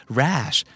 rash